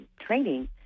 training